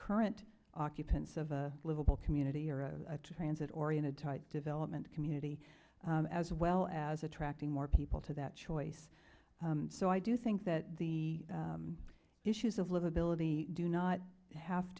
current occupants of a livable community or a transit oriented development community as well as attracting more people to that choice so i do think that the issues of livability do not have